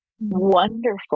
wonderful